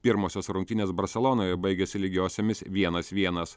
pirmosios rungtynės barselonoje baigėsi lygiosiomis vienas vienas